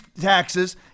taxes